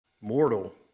Mortal